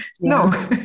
no